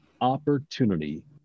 opportunity